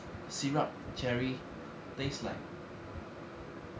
syrup cherry taste like